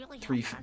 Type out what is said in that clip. three